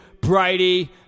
Brady